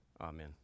Amen